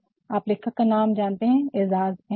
आप लेखक का नाम जानते है ऐजाज़ अहमद